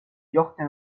jochen